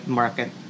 market